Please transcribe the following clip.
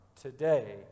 Today